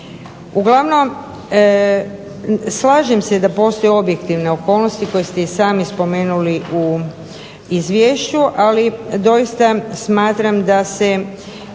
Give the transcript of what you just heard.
Uglavnom slažem se da postoje objektivne okolnosti koje ste i sami spomenuli u izvješću, ali doista smatram da se